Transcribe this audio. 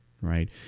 right